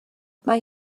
mae